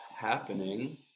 happening